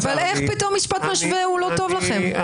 איך פתאום משפט משווה לא טוב לכם?